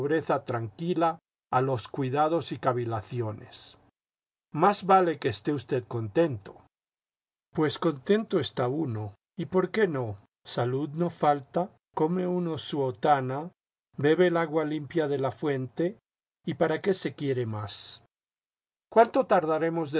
tranquila a los cuidados y cavilaciones más vale que esté usted contento pues contento está uno y por qué no salud no falta come uno su otana bebe el agua limpia de la fuente y para qué se quiere más cuánto tardaremos